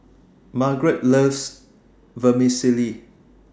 Margarette loves Vermicelli